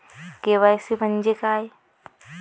KYC म्हंजे काय?